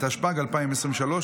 התשפ"ג 2023,